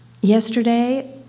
Yesterday